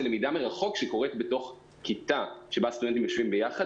זו למידה מרחוק בתוך כיתה שבה סטודנטים יושבים ביחד.